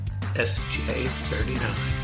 SJ39